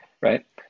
right